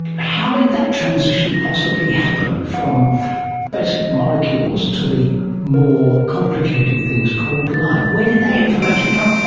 how did that transition possibly happen from basic molecules to the more complicated things called life? where did that information come